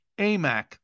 AMAC